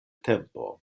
tempo